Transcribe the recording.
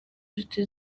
inshuti